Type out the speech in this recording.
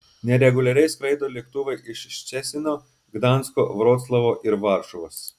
nereguliariai skraido lėktuvai iš ščecino gdansko vroclavo ir varšuvos